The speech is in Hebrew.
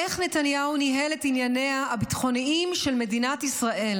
איך נתניהו ניהל את ענייניה הביטחוניים של מדינת ישראל: